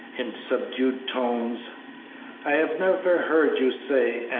in subdued tones i have never heard you say,